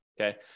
okay